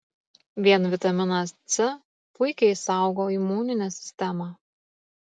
vien vitaminas c puikiai saugo imuninę sistemą